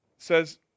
says